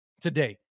today